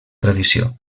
tradició